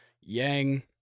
Yang